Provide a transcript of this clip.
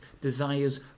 desires